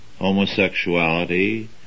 homosexuality